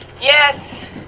Yes